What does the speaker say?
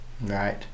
Right